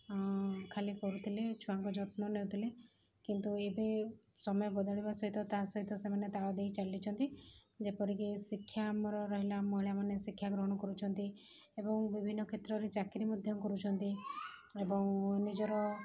ଖାଲି କରୁଥିଲେ ଛୁଆଙ୍କ ଯତ୍ନ ନେଉଥିଲେ କିନ୍ତୁ ଏବେ ସମୟ ବଦଳିବା ସହିତ ତା'ସହିତ ସେମାନେ ତାଳ ଦେଇ ଚାଲିଛନ୍ତି ଯେପରିକି ଶିକ୍ଷା ଆମର ରହିଲା ମହିଳାମାନେ ଶିକ୍ଷା ଗ୍ରହଣ କରୁଛନ୍ତି ଏବଂ ବିଭିନ୍ନ କ୍ଷେତ୍ରରେ ଚାକିରି ମଧ୍ୟ କରୁଛନ୍ତି ଏବଂ ନିଜର